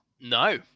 No